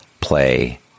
play